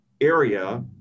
area